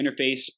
interface